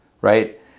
right